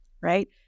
right